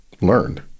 learned